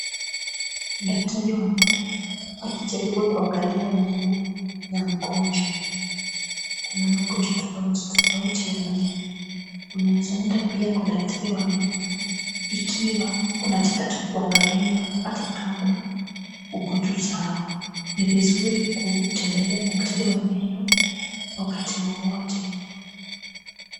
Daktari wa meno akijaribu kuangalia meno ya mgonjwa. Kuna magonjwa tofauti tofauti ya meno. Unaweza enda pia kwa daktari wa meno ikiwa unataka tu kuangaliwa hata kama uko tu sawa. Ni vizuri kutembelea daktari wa meno wakati wowote.